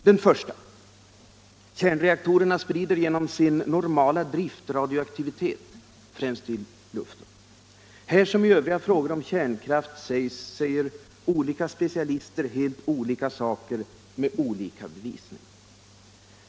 Den första invändningen är att kärnreaktorerna genom sin normala drift sprider radioaktivitet, främst genom luften. Här som i övriga frågor om kärnkraft säger olika specialister helt olika saker med olika bevisning.